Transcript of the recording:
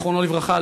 זיכרונו לברכה,